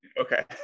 okay